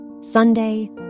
Sunday